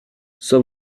soit